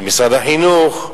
זה משרד החינוך,